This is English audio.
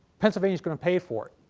pennsylvania is going to pay for it.